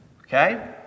Okay